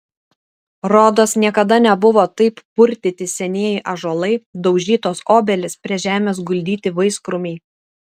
rodos niekada nebuvo taip purtyti senieji ąžuolai daužytos obelys prie žemės guldyti vaiskrūmiai